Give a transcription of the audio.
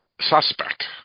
suspect